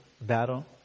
battle